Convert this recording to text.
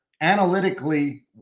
analytically